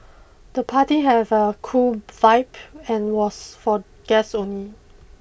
the party have a cool vibe and was for guests only